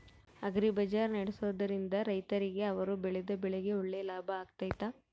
Agri ಬಜಾರ್ ನಡೆಸ್ದೊರಿಂದ ರೈತರಿಗೆ ಅವರು ಬೆಳೆದ ಬೆಳೆಗೆ ಒಳ್ಳೆ ಲಾಭ ಆಗ್ತೈತಾ?